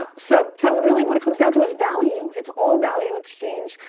ah so, carolyn, really what it comes down to is value. it's all value exchange.